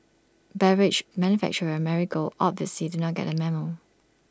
beverage manufacturer and Marigold obviously did not get the memo